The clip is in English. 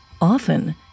Often